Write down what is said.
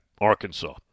Arkansas